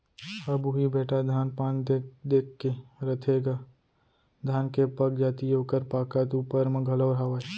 अब उही बेटा धान पान देख देख के रथेगा धान के पगजाति ओकर पाकत ऊपर म घलौ हावय